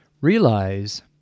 Realize